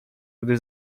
gdy